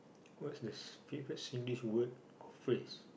what's his favourite Singlish word phrase